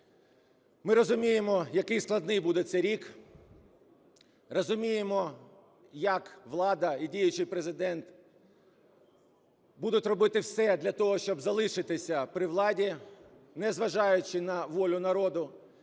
Ми розуміємо, який складний буде цей рік, розуміємо, як влада і діючий Президент будуть робити все для того, щоб залишитись при владі, незважаючи на волю народу.